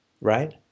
right